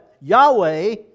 Yahweh